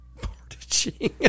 Portaging